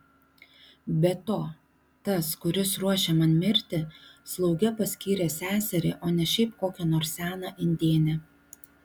be to tas kuris ruošia man mirtį slauge paskyrė seserį o ne šiaip kokią nors seną indėnę